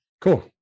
Cool